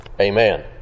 Amen